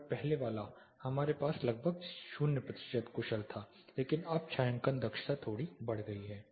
और पहले वाला हमारे पास लगभग 0 प्रतिशत कुशल था लेकिन अब छायांकन दक्षता थोड़ी बढ़ गई है